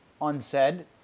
unsaid